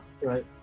right